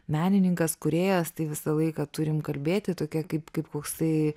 menininkas kūrėjas tai visą laiką turim kalbėti tokia kaip kaip koksai